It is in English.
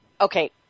okay